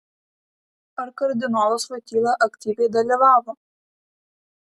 ar kardinolas voityla aktyviai dalyvavo